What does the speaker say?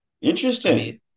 Interesting